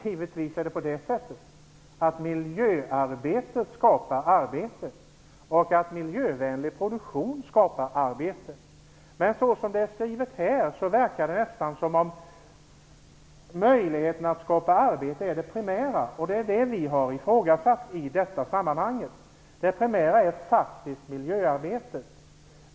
Givetvis är det så att miljöarbete skapar arbete och att miljövänlig produktion skapar arbete. Så som det är skrivet här verkar det nästan som om möjligheten att skapa arbete är det primära. Det är det vi har ifrågasatt i detta sammanhang. Det primära är faktiskt miljöarbetet.